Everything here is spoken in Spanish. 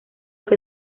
que